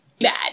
bad